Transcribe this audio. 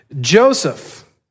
Joseph